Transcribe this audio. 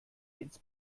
ins